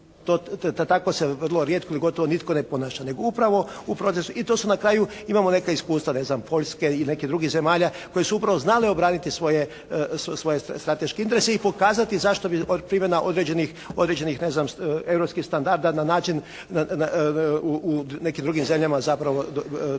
Tako se vrlo rijetko ili gotovo nitko ne ponaša. I to na kraju imamo neka iskustva ne znam, Poljske ili nekih drugih zemalja koje su upravo znale obraniti svoje strateške interese i pokazati zašto bi primjena određenih ne znam, europskih standarda na način u nekim drugim zemljama zapravo doživjele